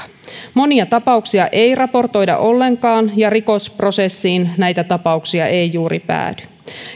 monia tapauksia ei raportoida ollenkaan ja rikosprosessiin näitä tapauksia ei juuri päädy